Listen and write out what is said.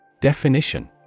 Definition